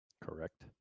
Correct